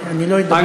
אני לא אדבר,